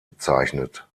bezeichnet